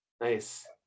Nice